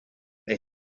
they